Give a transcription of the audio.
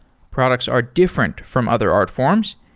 products are different from other art forms,